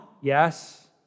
yes